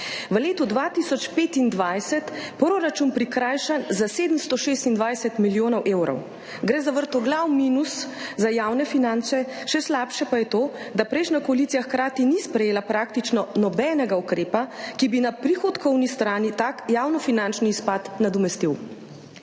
v letu 2025 proračun prikrajšan za 726 milijonov evrov. Gre za vrtoglav minus za javne finance, še slabše pa je to, da prejšnja koalicija hkrati ni sprejela praktično nobenega ukrepa, ki bi na prihodkovni strani tak javnofinančni izpad nadomestil.